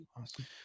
Awesome